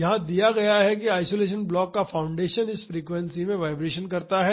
यह दिया गया है कि आइसोलेशन ब्लॉक का फाउंडेशन इस फ्रीक्वेंसी में वाइब्रेशन करता है